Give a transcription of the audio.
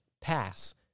pass